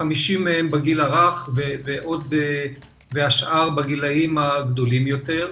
50 מהם בגיל הרך והשאר בגילאים הגדולים יותר.